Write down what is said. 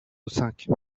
cinq